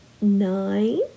Nine